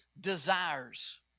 desires